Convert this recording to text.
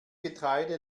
getreide